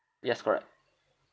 yes correct